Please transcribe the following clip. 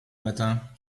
matin